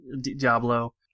Diablo